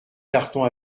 carton